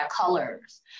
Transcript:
colors